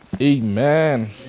Amen